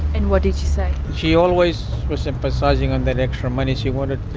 and what did she say? she always was emphasising on that extra money she wanted,